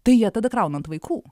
tai jie tada krauna ant vaikų